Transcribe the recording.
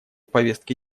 повестке